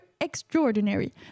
extraordinary